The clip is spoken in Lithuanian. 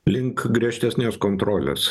link griežtesnės kontrolės